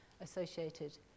associated